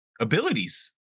abilities